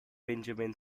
benjamin